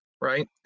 right